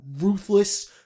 ruthless